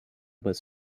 with